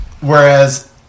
Whereas